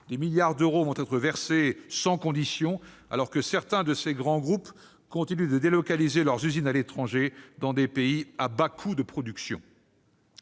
Des milliards d'euros vont être accordés sans condition, alors que certains grands groupes continuent de délocaliser leurs usines à l'étranger, dans des pays à bas coûts de production.